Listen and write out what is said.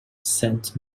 sent